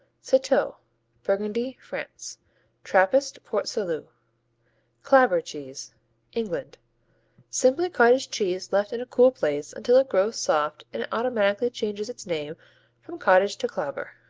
citeaux burgundy, france trappist port-salut. clabber cheese england simply cottage cheese left in a cool place until it grows soft and automatically changes its name from cottage to clabber